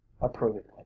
approvingly